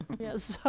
yes.